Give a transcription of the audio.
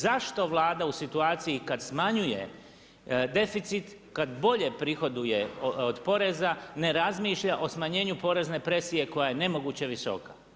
Zašto Vlada u situaciji kada smanjuje deficit kada bolje prihoduje od poreza ne razmišlja o smanjenju porezne presije koja je nemoguće visoka?